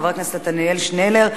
חבר הכנסת עתניאל שנלר,